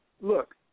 look